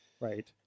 right